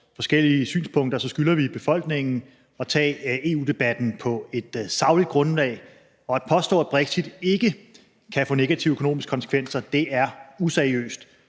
forskellige synspunkter skylder vi befolkningen at tage EU-debatten på et sagligt grundlag, og at påstå, at brexit ikke kan få negative økonomiske konsekvenser, er useriøst.